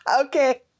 Okay